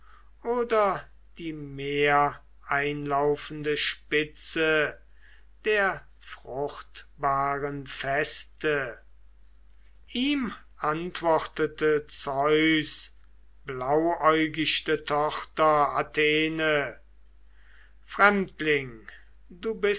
oder die meereinlaufende spitze der fruchtbaren feste ihm antwortete zeus blauäugichte tochter athene